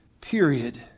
period